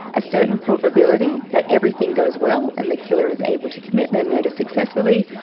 a certain probability that everything goes well and the killer is able to commit their murder successfully.